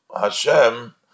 Hashem